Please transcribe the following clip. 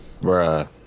Bruh